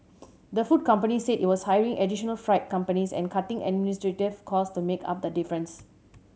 the food company said it was hiring additional freight companies and cutting administrative cost to make up the difference